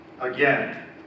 again